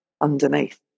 underneath